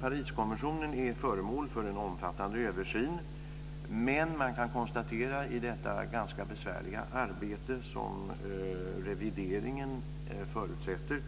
Pariskonventionen är föremål för en omfattande översyn. Man kan konstatera i detta ganska besvärliga arbete som revideringen förutsätter